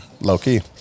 low-key